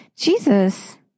Jesus